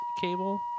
cable